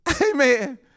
Amen